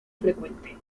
frecuente